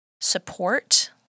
support